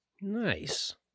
Nice